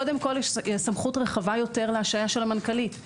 קודם כל יש סמכות רחבה יותר להשעיה של המנכ"לית.